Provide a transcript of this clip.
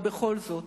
ובכל זאת,